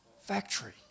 factory